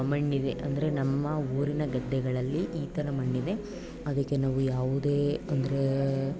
ಮಣ್ಣಿದೆ ಅಂದರೆ ನಮ್ಮ ಊರಿನ ಗದ್ದೆಗಳಲ್ಲಿ ಈ ಥರ ಮಣ್ಣಿದೆ ಅದಕ್ಕೆ ನಾವು ಯಾವುದೇ ಅಂದರೆ